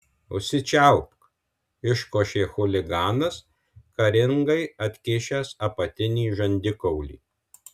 užsičiaupk iškošė chuliganas karingai atkišęs apatinį žandikaulį